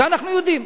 את זה אנחנו יודעים.